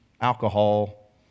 alcohol